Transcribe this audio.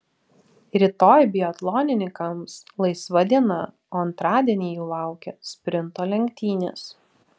rytoj biatlonininkams laisva diena o antradienį jų laukia sprinto lenktynės